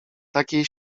takiej